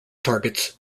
targets